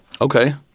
Okay